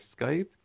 Skype